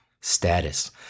status